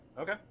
Okay